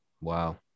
Wow